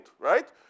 right